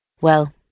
Well